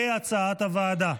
כהצעת הוועדה.